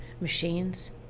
machines